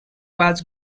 was